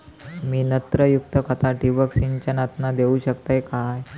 मी नत्रयुक्त खता ठिबक सिंचनातना देऊ शकतय काय?